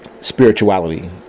spirituality